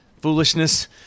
foolishness